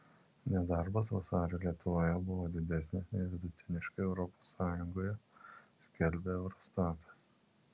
nedarbas vasarį lietuvoje buvo didesnis nei vidutiniškai europos sąjungoje skelbia eurostatas